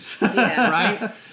Right